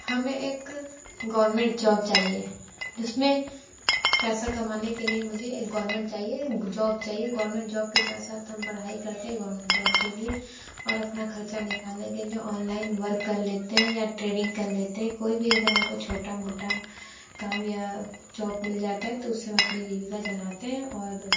हमें एक government job चाहिए जिसमें पैसा कमाने के लिए मुझे एक गवर्नमेंट चाहिए जॉब चाहिए गवर्नमेंट जॉब के साथ साथ हम पढ़ाई करते गवर्नमेंट जॉब के लिए और अपना खर्चा निकालने के लिए ऑनलाइन वर्क कर लेते हैं या ट्रेडिंग कर लेते हैं कोई भी अगर हमको छोटा मोटा काम या जॉब मिल जाता है तो उससे हम अपनी जीविका चलाते हैं और